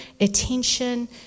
attention